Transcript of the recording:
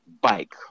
bike